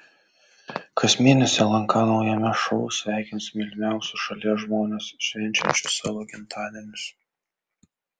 kas mėnesį lnk naujame šou sveikins mylimiausius šalies žmones švenčiančius savo gimtadienius